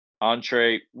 entree